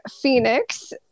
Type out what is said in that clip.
phoenix